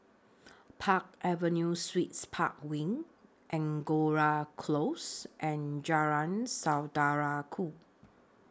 Park Avenue Suites Park Wing Angora Close and Jalan Saudara Ku